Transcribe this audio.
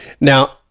Now